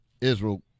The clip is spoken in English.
Israel